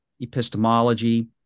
epistemology